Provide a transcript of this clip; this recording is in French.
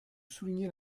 souligner